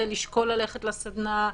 לשקול ללכת לסדנה,